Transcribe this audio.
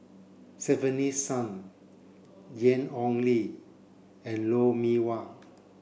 Stefanie Sun Ian Ong Li and Lou Mee Wah